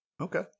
okay